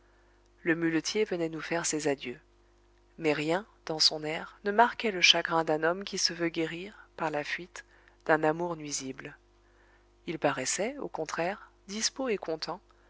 le muletier venait nous faire ses adieux mais rien dans son air ne marquait le chagrin d'un homme qui se veut guérir par la fuite d'un amour nuisible il paraissait au contraire dispos et content